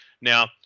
now